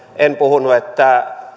en puhunut että